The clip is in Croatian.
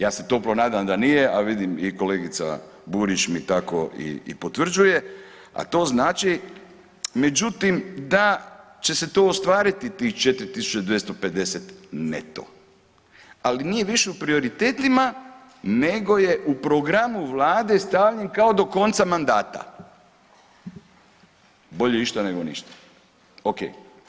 Ja se toplo nadam da nije, a vidim i kolegica Burić mi tako i potvrđuje, a to znači, međutim da će se to ostvariti tih 4.250 neto, ali više nije u prioritetima nego je u programu vlade stavljen kao do konca mandata, bolje išta nego ništa, okej.